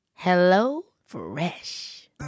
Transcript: HelloFresh